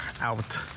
out